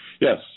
Yes